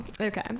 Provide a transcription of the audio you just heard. Okay